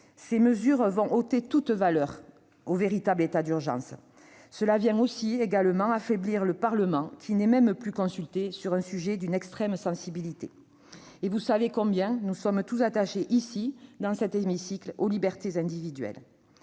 ces mesures vont ôter toute valeur au véritable état d'urgence. Elles viennent également affaiblir le Parlement, qui n'est même plus consulté sur un sujet d'une extrême sensibilité. On sait combien nous sommes tous attachés, dans cet hémicycle, aux libertés individuelles.